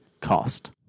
cost